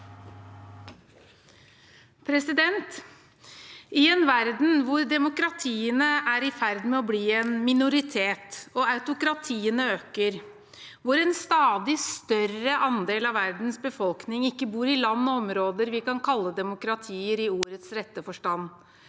I en verden hvor demokratiene er i ferd med å bli en minoritet og autokratiene øker, hvor en stadig større andel av verdens befolkning ikke bor i land og områder vi kan kalle demokratier i ordets rette forstand,